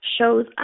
shows